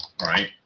right